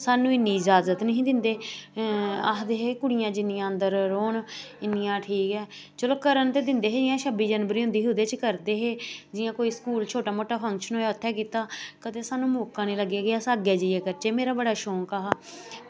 सानूं इन्नी इजाजत निं हे दिंदे आक्खदे हे कुड़ियां जिन्नियां अंदर रौह्न ते ठीक ऐ चलो इं'या करन ते दिंदे हे जियां छब्बी जनवरी होई ओह्दे च करदे हे जियां कोई स्कूल छोटा मोटा फंक्शन होऐ उत्थें कीता कदें सानूं मौका निं लग्गेआ जेह्ड़े अस अग्गें जाइयै करचै मेरा बड़ा शौक हा